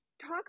talk